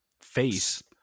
face